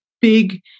big